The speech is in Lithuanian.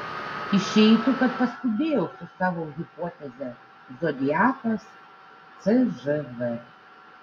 išeitų kad paskubėjau su savo hipoteze zodiakas cžv